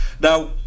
Now